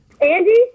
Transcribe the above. Andy